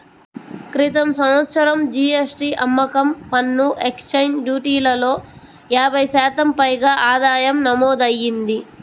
క్రితం సంవత్సరం జీ.ఎస్.టీ, అమ్మకం పన్ను, ఎక్సైజ్ డ్యూటీలలో యాభై శాతం పైగా ఆదాయం నమోదయ్యింది